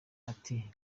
ati